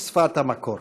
בשפת המקור.